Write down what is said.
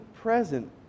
present